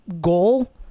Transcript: goal